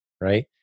right